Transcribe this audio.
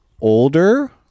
older